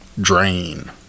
Drain